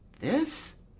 this?